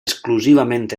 exclusivament